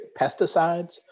pesticides